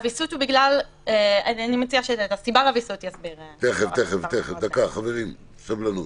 את זה יסביר דוקטור שלמון.